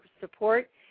support